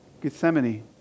Gethsemane